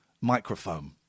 microphone